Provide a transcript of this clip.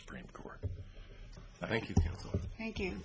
supreme court thank you